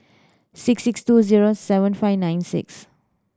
six six two zero seven five nine six